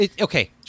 Okay